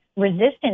Resistance